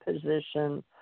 position